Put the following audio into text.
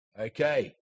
Okay